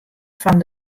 fan